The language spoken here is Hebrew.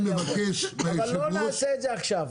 אבל לא נעשה את זה עכשיו.